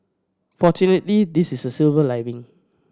fortunately this is a silver lining